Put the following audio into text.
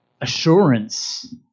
assurance